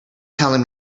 telling